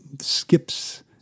skips